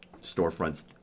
storefronts